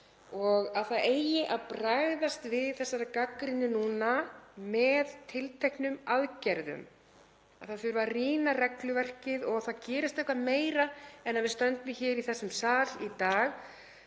og að það eigi að bregðast við þessari gagnrýni núna með tilteknum aðgerðum, að það þurfi að rýna regluverkið og að það gerist eitthvað meira en að við stöndum hér í þessum sal í dag